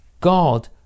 God